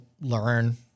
learn